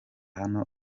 hano